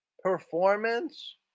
Performance